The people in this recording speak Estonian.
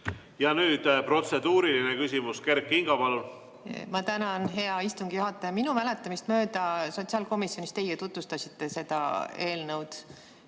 Ja nüüd protseduuriline küsimus. Kert Kingo, palun! Ma tänan, hea istungi juhataja! Minu mäletamist mööda sotsiaalkomisjonis teie tutvustasite seda eelnõu,